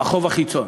החוב החיצון.